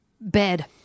bed